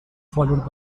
followed